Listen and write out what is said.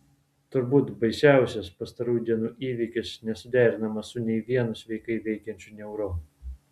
turbūt baisiausias pastarųjų dienų įvykis nesuderinamas su nei vienu sveikai veikiančiu neuronu